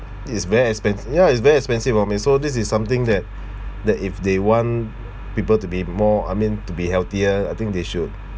this is very expens~ ya it's very expensive for me so this is something that that if they want people to be more I mean to be healthier I think they should